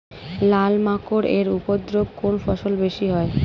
লাল মাকড় এর উপদ্রব কোন ফসলে বেশি হয়?